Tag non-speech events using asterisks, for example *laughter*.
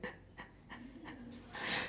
*laughs*